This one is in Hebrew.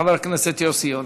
חבר הכנסת יוסי יונה.